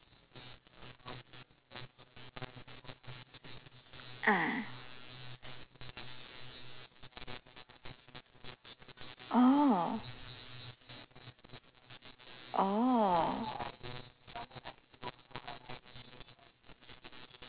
ah oh oh